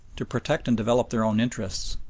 to protect and develop their own interests,